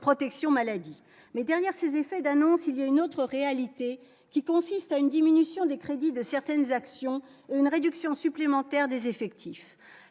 protection maladie mais derrière ces effets d'annonce, il y a une autre réalité qui consiste à une diminution des crédits de certaines actions une réduction supplémentaire des effectifs,